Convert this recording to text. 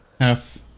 Half